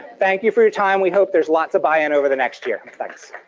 thank you for your time we hope there's lots of buy-in over the next year. thanks.